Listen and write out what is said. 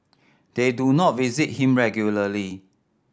they do not visit him regularly